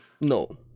No